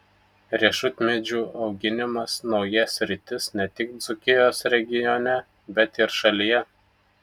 riešutmedžių auginimas nauja sritis ne tik dzūkijos regione bet ir šalyje